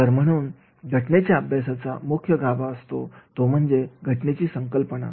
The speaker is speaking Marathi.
तर म्हणून घटनेच्या अभ्यासाचा मुख्य गाभा असतो तो म्हणजे घटनेची संकल्पना